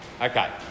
Okay